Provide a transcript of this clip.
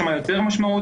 שם יותר משמעותית,